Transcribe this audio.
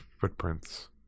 footprints